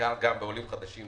ובעיקר לגבי עולים חדשים,